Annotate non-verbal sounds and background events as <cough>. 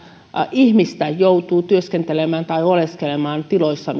ihmistä joutuu työskentelemään tai oleskelemaan tiloissa <unintelligible>